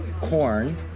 corn